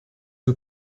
who